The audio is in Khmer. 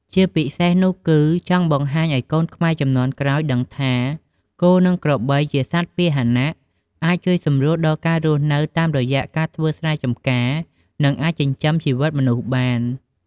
ជាពិសេសនោះគឺចង់បង្ហាញឱ្យកូនខ្មែរជំនាន់ក្រោយដឹងថា គោ និងក្របីជាសត្វពាហនៈអាចជួយសម្រួលដល់ការរស់នៅតាមរយៈការធ្វើស្រែចម្ការ និងអាចចិញ្ចឹមជីវិតមនុស្សបាន។